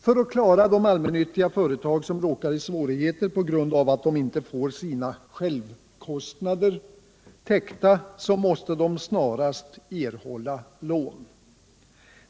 För att klara de allmännyttiga företag som råkar i svårigheter på grund av all de inte får sina ”självkostnader” täckta måste de snarast erhålla lån.